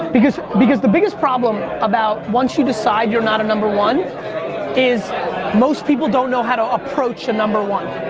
because because the biggest problem about once you decide that you're not a number one is most people don't know how to approach a number one.